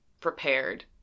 prepared